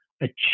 achieve